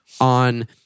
on